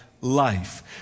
life